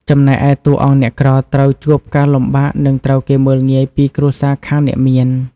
ចំណែកឯតួអង្គអ្នកក្រត្រូវជួបការលំបាក និងត្រូវគេមើលងាយពីគ្រួសារខាងអ្នកមាន។